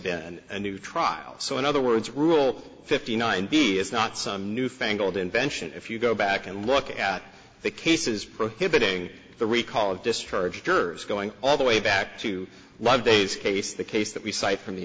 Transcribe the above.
been and new trial so in other words rule fifty nine b is not some new fangled invention if you go back and look at the cases prohibiting the recall of discharge curves going all the way back to live days case the case that we cite from the